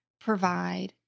provide